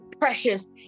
precious